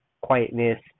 quietness